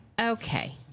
okay